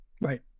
Right